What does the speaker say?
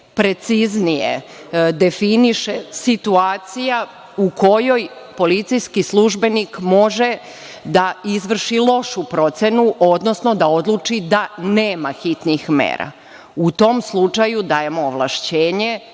preciznije definiše situacija u kojoj policijski službenik može da izvrši lošu procenu, odnosno da odluči da nema hitnih mera. U tom slučaju dajemo ovlašćenje